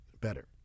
better